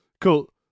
Cool